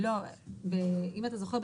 לא אם אתה זוכר,